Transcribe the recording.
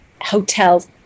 hotels